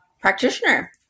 practitioner